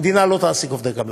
המדינה לא תעסיק עובדי קבלן.